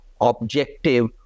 objective